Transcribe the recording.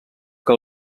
que